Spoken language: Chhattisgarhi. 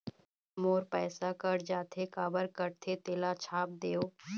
मोर पैसा कट जाथे काबर कटथे तेला छाप देव?